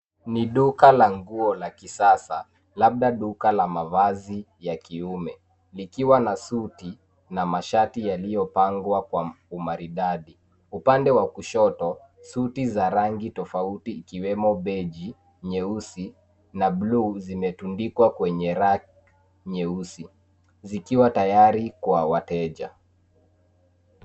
Ni duka la nguo la kisasa, labda duka la mavazi ya kiume likiwa na suti na mashati yaliyopangwa kwa umaridadi. Upande wa kushoto, suti za rangi tofauti ikiwemo: beige , nyeusi na bluu, zimetundikwa kwenye rack nyeusi zikiwa tayari kwa wateja.